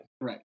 Right